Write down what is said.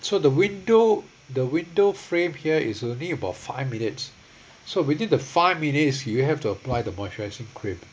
so the window the window frame here is only about five minutes so within the five minutes you have to apply the moisturising cream